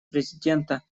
президента